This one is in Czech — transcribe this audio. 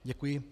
Děkuji.